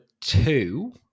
two